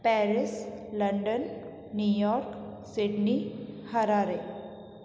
Paris London New York Sydney Harare